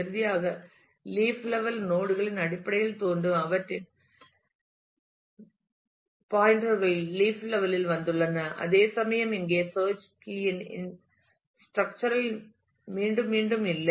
இறுதியாக leaf level node களின் அடிப்படையில் தோன்றும் அவை அவற்றின் பாயின்டர்கள் லீப் லெவல் இல் வந்துள்ளன அதேசமயம் இங்கே சேர்ச் கீ இன் ஸ்ட்ரக்சர் இல் மீண்டும் மீண்டும் இல்லை